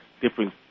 different